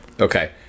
okay